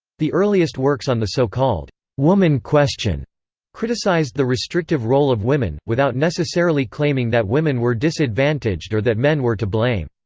the earliest works on the so-called woman question criticized the restrictive role of women, without necessarily claiming that women were disadvantaged or that men were to blame.